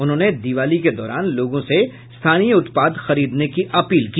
उन्होंने दीवाली के दौरान लोगों से स्थानीय उत्पाद खरीदने की अपील की